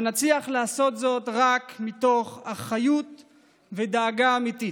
אבל נצליח לעשות זאת רק מתוך אחדות ודאגה אמיתית.